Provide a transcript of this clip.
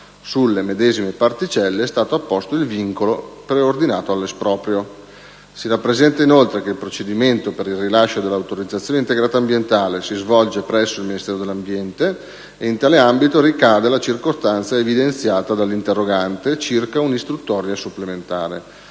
sulle medesime particelle è stato apposto il vincolo preordinato all'esproprio. Si rappresenta inoltre che il procedimento per il rilascio dell'autorizzazione integrata ambientale si svolge presso il Ministero dell'ambiente e, in tale ambito, ricade la circostanza evidenziata dall'interrogante circa un'istruttoria supplementare.